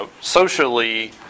socially